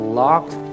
locked